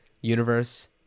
universe